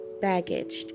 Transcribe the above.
baggage